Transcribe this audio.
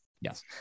Yes